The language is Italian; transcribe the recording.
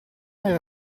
era